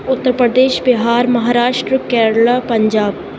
Uttar Pradesh Bihar Maharashtra Kerala Punjab